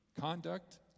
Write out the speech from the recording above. conduct